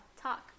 Talk